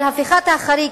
אבל הפיכת החריג,